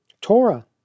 Torah